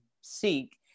seek